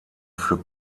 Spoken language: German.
für